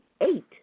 eight